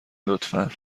لطفا